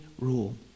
rule